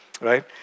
right